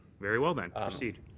very well then. ah proceed.